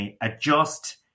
adjust